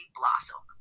blossom